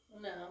No